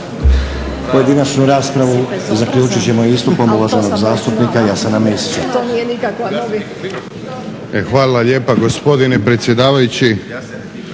Pojedinačnu raspravu zaključit ćemo ispravkom uvaženog zastupnika Jasena Mesića. **Mesić, Jasen (HDZ)** E, hvala lijepa gospodine predsjedavajući.